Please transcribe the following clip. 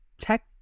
tech